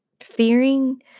Fearing